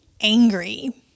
angry